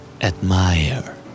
Admire